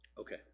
Okay